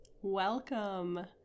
Welcome